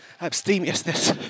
abstemiousness